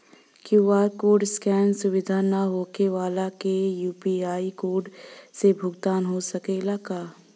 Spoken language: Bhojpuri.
क्यू.आर कोड स्केन सुविधा ना होखे वाला के यू.पी.आई कोड से भुगतान हो सकेला का?